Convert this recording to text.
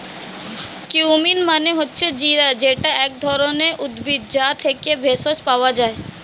cumin মানে হচ্ছে জিরা যেটা এক ধরণের উদ্ভিদ, যা থেকে ভেষজ পাওয়া যায়